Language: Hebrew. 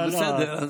בסדר.